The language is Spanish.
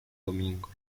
domingo